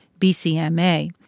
BCMA